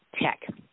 Tech